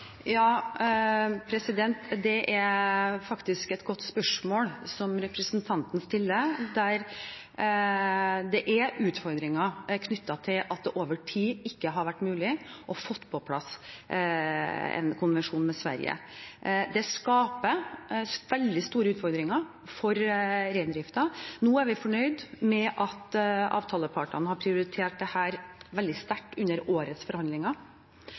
Det er et godt spørsmål representanten stiller. Det er utfordringer knyttet til at det over tid ikke har vært mulig å få på plass en konvensjon med Sverige. Det skaper veldig store utfordringer for reindriften. Nå er vi fornøyd med at avtalepartene har prioritert dette veldig sterkt under årets forhandlinger,